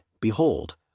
Behold